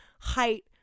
height